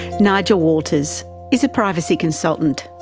nigel waters is a privacy consultant.